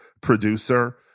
producer